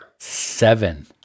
Seven